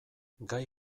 gai